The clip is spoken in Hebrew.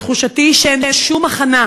תחושתי היא שאין שום הכנה,